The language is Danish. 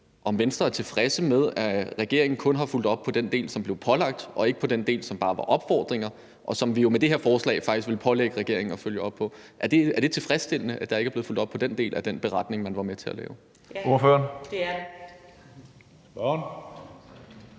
om Venstre er tilfreds med, at regeringen kun har fulgt op på den del, den blev pålagt at følge op på, og ikke på den del, som bare bestod af opfordringer, og som vi jo med det her forslag faktisk vil pålægge regeringen at følge op på. Er det tilfredsstillende, at der ikke er blevet fulgt op på den del af den beretning, man var med til at lave?